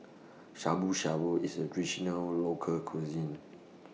Shabu Shabu IS A Traditional Local Cuisine